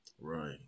Right